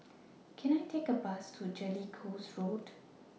Can I Take A Bus to Jellicoe Road